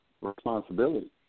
Responsibility